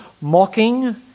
mocking